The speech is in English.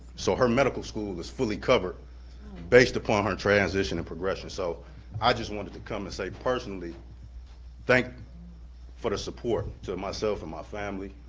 so her medical school is fully covered based upon her transition and progression. so i just wanted to come and say personally thank you for the support to myself and my family.